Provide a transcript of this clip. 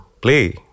play